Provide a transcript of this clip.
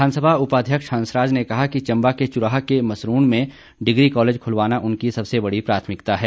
विधानसभा उपाध्यक्ष हंसराज ने कहा कि चंबा में चुराह के मसरुंड में डिग्री कॉलेज खुलवाना उनकी सबसे बड़ी प्राथमिकता है